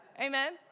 Amen